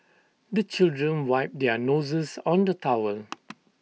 the children wipe their noses on the towel